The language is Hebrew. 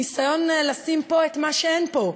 ניסיון לשים פה את מה שאין פה.